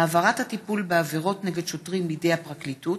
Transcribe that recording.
העברת הטיפול בעבירות נגד שוטרים לידי הפרקליטות),